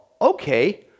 okay